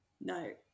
No